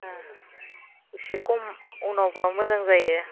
ओं इसे खम उनावबा मोजां जायो